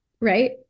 right